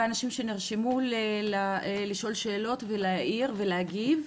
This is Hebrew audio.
אנשים שנרשמו לשאול שאלות ולהעיר ולהגיב.